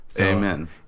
Amen